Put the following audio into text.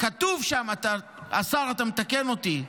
כתוב שם, השר, אתה מתקן אותי.